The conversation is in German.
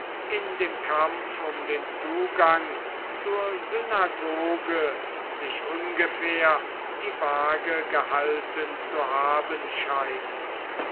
in dem kampf um den zugang zur synagoge sich ungefähr die waage gehalten zu haben scheinen